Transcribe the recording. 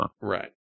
Right